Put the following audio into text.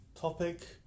topic